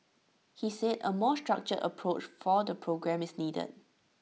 he said A more structured approach for the programme is needed